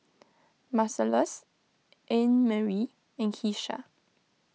Marcellus Annemarie in Keisha